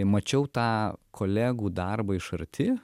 mačiau tą kolegų darbą iš arti